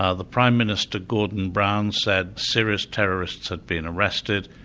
ah the prime minister, gordon brown, said serious terrorists had been arrested,